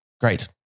Great